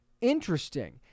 interesting